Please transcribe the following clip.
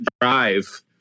drive